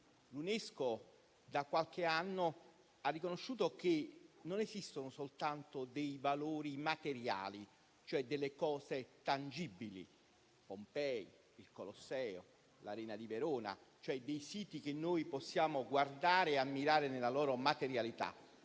L'UNESCO da qualche anno ha riconosciuto che non esistono soltanto dei valori materiali, cioè delle cose tangibili (Pompei, il Colosseo, l'Arena di Verona), cioè dei siti che possiamo guardare e ammirare nella loro materialità,